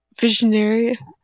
visionary